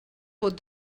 vot